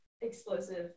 explosive